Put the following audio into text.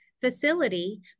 facility